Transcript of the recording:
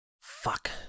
Fuck